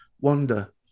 Wonder